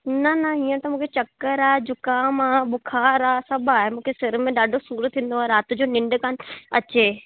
न न हीअं त मूंखे चक्कर आहे जुखाम आहे बुखार आहे सभु आहे मूंखे सर में ॾाढो सूर थींदो आहे राति जो निंड कोन्ह अचे